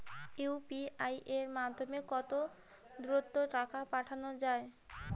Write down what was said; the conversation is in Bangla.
ইউ.পি.আই এর মাধ্যমে কত দ্রুত টাকা পাঠানো যায়?